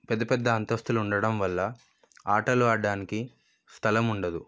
పెద్ద పెద్ద అంతస్తులు ఉండడం వల్ల ఆటలు ఆడడానికి స్థలం ఉండదు